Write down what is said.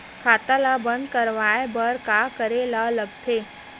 खाता ला बंद करवाय बार का करे ला लगथे?